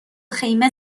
خیمه